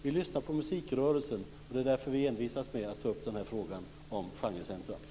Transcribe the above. Vi lyssnar på musikrörelsen, och det är därför vi envisas med att ta upp frågan om genrecentrum.